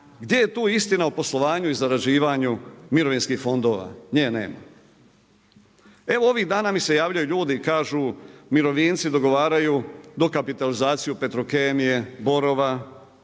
Gdje je tu istina o poslovanju i zarađivanju mirovinskih fondova? Nje nema. Evo ovih dana mi se javljaju ljudi i kažu mirovinci dogovaraju dokapitalizaciju Petrokemije, Borova,